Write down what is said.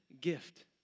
gift